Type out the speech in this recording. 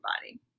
body